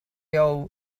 owe